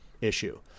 issue